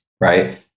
right